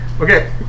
Okay